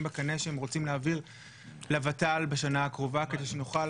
בקנה שהם רוצים להעביר לוותמ"ל בשנה הקרובה כדי שנוכל